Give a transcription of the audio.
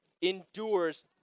endures